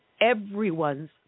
everyone's